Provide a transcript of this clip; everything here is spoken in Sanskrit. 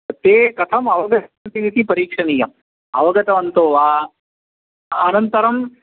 ते कथम् अवगच्छन्ति इति परीक्षणीयम् अवगतवन्तो वा अनन्तरम्